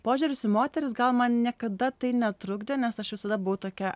požiūris į moteris gal man niekada tai netrukdė nes aš visada buvau tokia